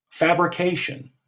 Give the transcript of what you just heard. Fabrication